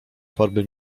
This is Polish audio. formy